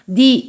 di